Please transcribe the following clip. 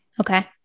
Okay